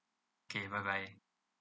okay bye bye